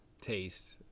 taste